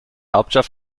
hauptstadt